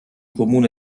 comune